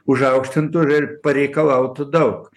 užaukštintų ir pareikalautų daug